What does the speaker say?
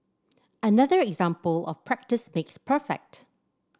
another example of practice makes perfect